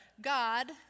God